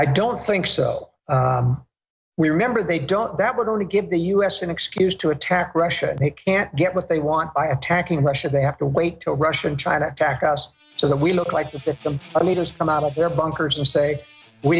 i don't think so we remember they don't that we're going to give the u s an excuse to attack russia they can't get what they want by attacking russia they have to wait till russia and try to attack us so that we look like them i mean just come out of their bunkers and say we